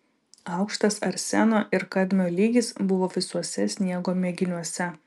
aukštas arseno ir kadmio lygis buvo visuose sniego mėginiuose